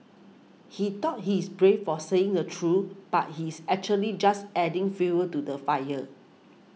he thought he is brave for saying the truth but he's actually just adding fuel to the fire